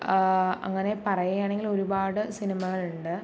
അങ്ങനെ പറയുകയാണെങ്കിൽ ഒരുപാട് സിനിമകളുണ്ട്